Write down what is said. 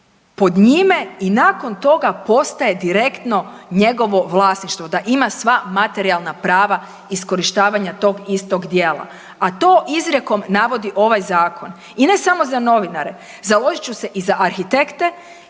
pod njime i nakon toga postaje direktno njegovo vlasništvo, da ima sva materijalna prava iskorištavanja tog istog djela, a to izrijekom navodi ovaj Zakon. I ne samo za novinare, založit ću se i za arhitekte